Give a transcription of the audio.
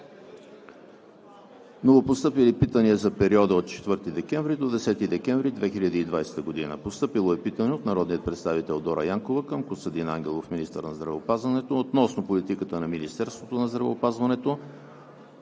Новопостъпили питания за периода от 4 декември до 10 декември 2020 г.: Постъпило е питане от народния представител Дора Янкова към Костадин Ангелов – министър на здравеопазването, относно политиката на Министерството на здравеопазването,